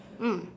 mm